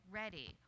ready